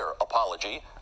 apology